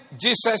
Jesus